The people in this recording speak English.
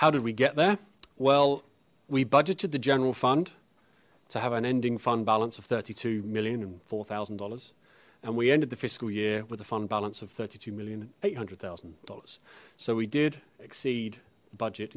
how did we get there well we budgeted the general fund to have an ending fund balance of thirty two million and four thousand dollars and we ended the fiscal year with the fund balance of thirty two million eight hundred thousand dollars so we did exceed budget